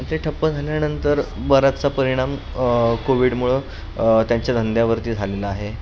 ते ठप्प झाल्यानंतर बराचसा परिणाम कोविडमुळे त्यांच्या धंद्यावरती झालेला आहे